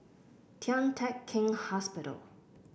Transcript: Tian Teck Keng Hospital